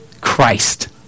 Christ